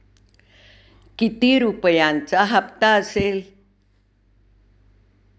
किती रुपयांचा हप्ता असेल?